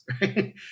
right